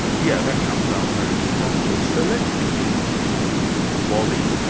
yeah that comes out very strongly. so let's begin, as you do, with the body.